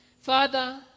Father